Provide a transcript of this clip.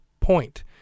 point